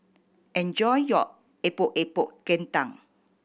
enjoy your Epok Epok Kentang